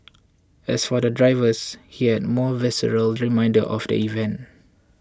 as for the drivers he had more visceral reminder of the event